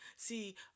See